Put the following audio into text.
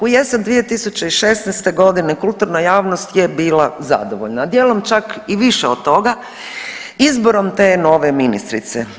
U jesen 2016. godine kulturna javnost je bila zadovoljna dijelom čak i više od toga izborom te nove ministrice.